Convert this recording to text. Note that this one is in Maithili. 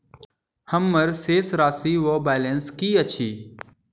हम्मर शेष राशि वा बैलेंस की अछि?